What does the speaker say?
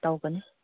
ꯇꯧꯒꯅꯤ